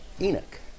Enoch